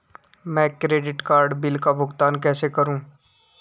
मैं credit card bill का भुगतान कैसे करूं?